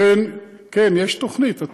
ולכן, האם יש תוכנית, כן, יש תוכנית.